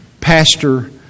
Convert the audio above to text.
pastor